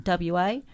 WA